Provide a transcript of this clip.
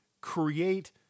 create